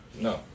no